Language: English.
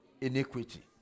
iniquity